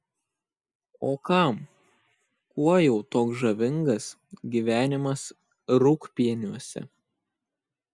o kam kuo jau toks žavingas gyvenimas rūgpieniuose